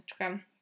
Instagram